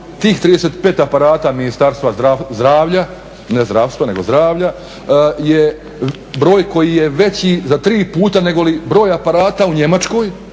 tih 35 aparata Ministarstva zdravlja, ne zdravstva ne zdravlja je broj koji je veći za tri puta nego li broj aparata u Njemačkoj